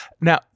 Now